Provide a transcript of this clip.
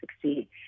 succeed